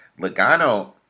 Logano